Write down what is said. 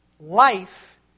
life